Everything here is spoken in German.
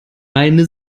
meine